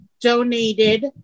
donated